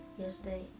yesterday